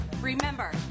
Remember